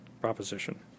proposition